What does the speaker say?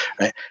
right